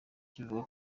kivuga